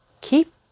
Keep